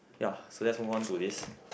ya so let's move on to this